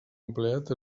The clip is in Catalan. empleat